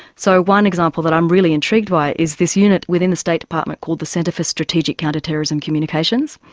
so one example that i'm really intrigued by is this unit within the state department called the centre for strategic counterterrorism communications.